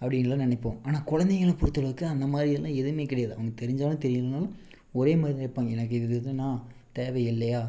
அப்டின்னுலாம் நினைப்போம் ஆனால் குழந்தைகள பொறுத்த அளவுக்கு அந்தமாதிரி இதெல்லாம் எதுவும் கிடையாது அவங்க தெரிஞ்சாலும் தெரியலைனாலும் ஒரே மாதிரி தான் இருப்பாங்க இது இதுனா தேவை இல்லையா